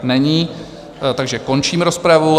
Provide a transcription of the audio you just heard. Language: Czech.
Není, takže končím rozpravu.